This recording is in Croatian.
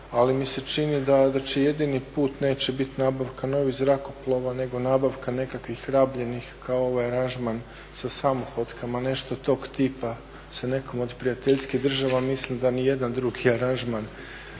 ali mi se čini da će jedini put neće biti nabavka novih zrakoplova nego nabavka nekakvih rabljenih kao ovaj aranžman sa samohotkama nešto tog tipa sa nekom od prijateljskih država, mislim da nijedan drugi aranžman